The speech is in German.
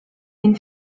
ihn